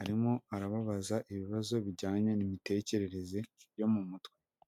arimo arababaza ibibazo bijyanye n'imitekerereze yo mu mutwe.